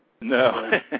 No